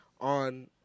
on